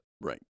Right